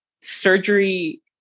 surgery